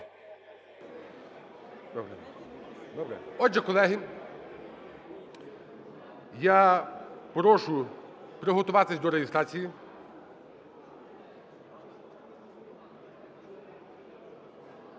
ласка. Отже, колеги, я прошу приготуватись до реєстрації.